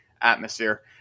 atmosphere